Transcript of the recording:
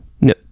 No